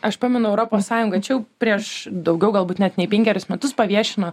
aš pamenu europos mačiau prieš daugiau galbūt net nei penkerius metus paviešino